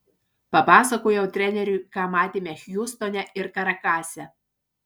papasakojau treneriui ką matėme hjustone ir karakase